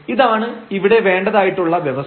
ഇതാണ് ഇവിടെ വേണ്ടതായിട്ടുള്ള വ്യവസ്ഥ